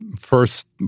first